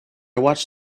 watched